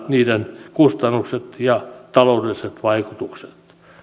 niiden kustannukset ja aluetaloudelliset vaikutukset